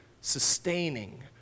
sustaining